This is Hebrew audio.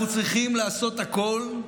אנחנו צריכים לעשות הכול,